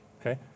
Okay